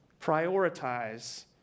prioritize